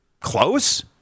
close